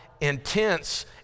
intense